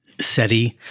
SETI